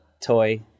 toy